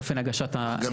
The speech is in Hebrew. אופן הגשת הדברים.